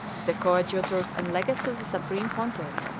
the coadjutors and legates of the supreme pontiff,